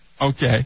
Okay